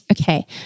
Okay